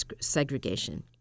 segregation